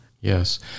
Yes